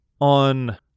on